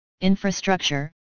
infrastructure